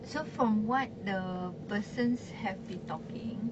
so from what the persons have been talking